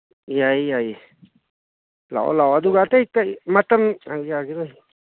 ꯌꯥꯏꯌꯦ ꯌꯥꯏꯌꯦ ꯂꯥꯛꯑꯣ ꯂꯥꯛꯑꯣ ꯑꯗꯨꯒ ꯑꯇꯩ ꯀꯔꯤ ꯃꯇꯝ ꯑꯧ ꯌꯥꯒꯤꯔꯣꯏ